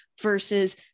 versus